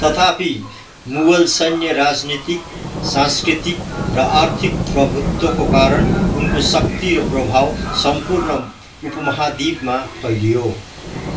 तथापि मुगल सैन्य राजनैतिक सांस्कृतिक र आर्थिक प्रभुत्वको कारण उनको शक्ति र प्रभाव सम्पूर्ण उपमहाद्वीपमा फैलियो